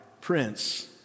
prince